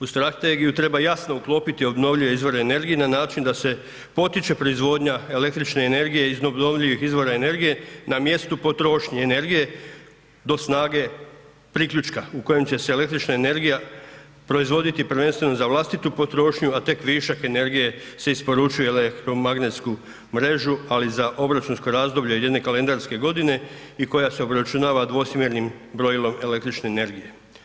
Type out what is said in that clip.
U strategiju treba jasno uklopiti obnovljive izvore energije na način da se potiče proizvodnja električne energije iz obnovljivih izvora energije na mjestu potrošnje energije do snage priključka u kojem će se električna energija proizvoditi prvenstveno za vlastitu potrošnju, a tek višak energije se isporučuje u elektromagnetsku mrežu, ali za obračunsko razdoblje jedne kalendarske godine i koja se obračunava dvosmjernim brojilom električne energije.